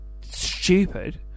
stupid